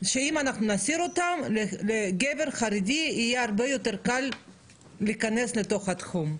שאם אנחנו נסיר אותן לגבר חרדי יהיה הרבה יותר קל להיכנס לתחום.